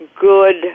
good